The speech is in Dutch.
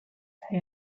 hij